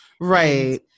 right